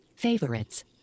Favorites